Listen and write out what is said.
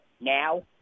now